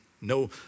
No